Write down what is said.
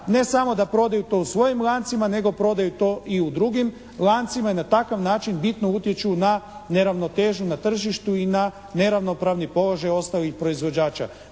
ne samo da prodaju to u svojim lancima nego prodaju to i drugim lancima i na takav način bitno utječu na neravnotežu na tržištu i na neravnopravni položaj ostalih proizvođača.